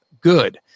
good